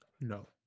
No